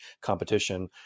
competition